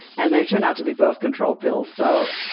and they turned out to be birth control pills. so